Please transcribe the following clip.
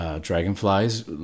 dragonflies